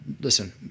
listen